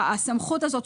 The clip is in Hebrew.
הסמכות הזאת,